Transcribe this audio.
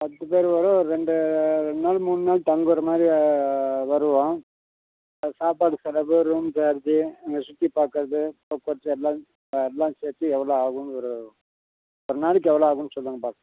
பத்து பேர் வரோம் ஒரு ரெண்டு ரெண்டு நாள் மூணு நாள் தங்குகிற மாதிரி வருவோம் ஆ சாப்பாடு செலவு ரூம் சார்ஜி அங்கே சுற்றி பார்க்குறது போக்குவரத்து எல்லாம் அட்வான்ஸ் சேர்த்தி எவ்வளோ ஆகும் ஒரு நாளைக்கு எவ்வளோ ஆகும்ன்னு சொல்லுங்கள் பார்த்து